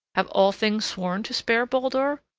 have all things sworn to spare baldur?